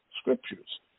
scriptures